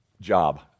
job